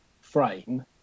frame